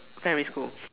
primary school